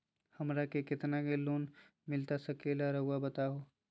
हमरा के कितना के लोन मिलता सके ला रायुआ बताहो?